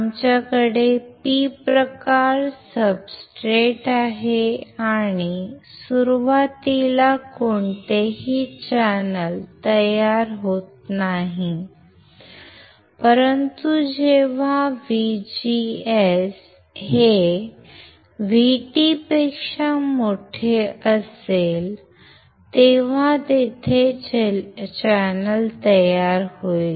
आमच्याकडे P प्रकार substrate आहे आणि सुरुवातीला कोणतेही चॅनेल तयार होत नाही परंतु जेव्हा VGS हे VT पेक्षा मोठे असेल तेव्हा तेथे चॅनेल तयार होईल